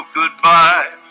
goodbye